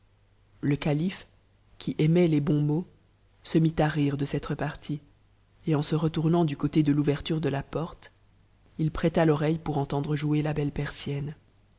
le calife qui aimait les bous mots se mit à rire de cette repartie et en se retournant du côté de l'ouverture de la porte il prêta l'oreille pour entendre jouer la belle persienne